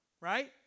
right